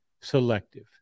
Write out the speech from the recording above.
selective